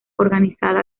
organizada